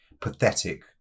pathetic